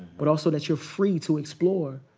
but also that you're free to explore,